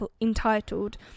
entitled